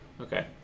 Okay